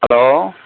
hello